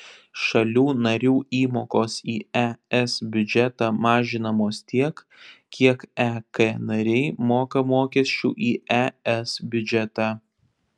šalių narių įmokos į es biudžetą mažinamos tiek kiek ek nariai moka mokesčių į es biudžetą